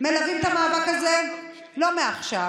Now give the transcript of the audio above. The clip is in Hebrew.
מלוות את המאבק הזה לא מעכשיו.